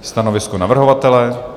Stanovisko navrhovatele?